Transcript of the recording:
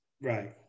Right